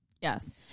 yes